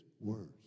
words